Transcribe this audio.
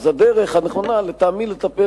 הדרך הנכונה לטעמי לטפל,